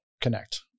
connect